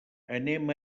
anem